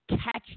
catch